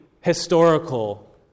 historical